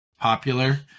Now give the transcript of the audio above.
popular